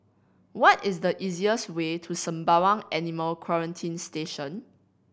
what is the easiest way to Sembawang Animal Quarantine Station